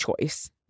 choice